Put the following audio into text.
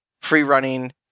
free-running